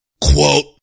Quote